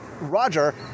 Roger